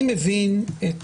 אני מבין את